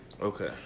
Okay